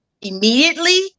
immediately